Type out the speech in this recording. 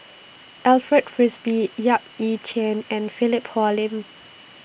Alfred Frisby Yap Ee Chian and Philip Hoalim